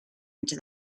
into